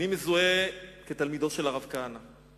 אני מזוהה כתלמידו של הרב כהנא,